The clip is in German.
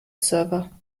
server